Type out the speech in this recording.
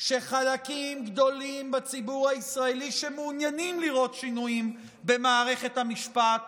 שחלקים גדולים בציבור הישראלי שמעוניינים לראות שינויים במערכת המשפט